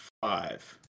five